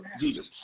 Jesus